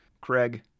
Craig